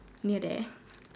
near there